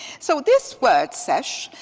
so this word sesh,